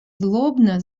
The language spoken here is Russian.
злобно